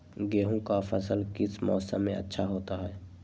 गेंहू का फसल किस मौसम में अच्छा होता है?